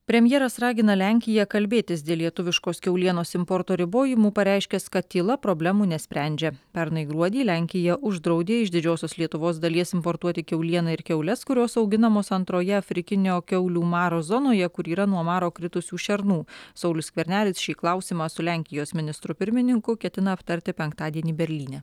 premjeras ragina lenkiją kalbėtis dėl lietuviškos kiaulienos importo ribojimų pareiškęs kad tyla problemų nesprendžia pernai gruodį lenkija uždraudė iš didžiosios lietuvos dalies importuoti kiaulieną ir kiaules kurios auginamos antroje afrikinio kiaulių maro zonoje kur yra nuo maro kritusių šernų saulius skvernelis šį klausimą su lenkijos ministru pirmininku ketina aptarti penktadienį berlyne